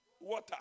water